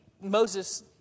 Moses